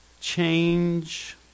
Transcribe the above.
change